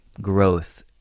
growth